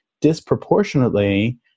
disproportionately